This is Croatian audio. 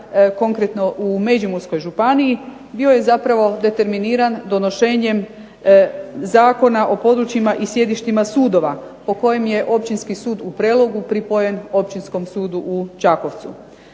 konkretno u Međimurskoj županiji bio je zapravo determiniran donošenjem Zakona o područjima i sjedištima sudova po kojem je Općinski sud u Prelogu pripojen Općinskom sudu u Čakovcu.